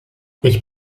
ich